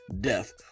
death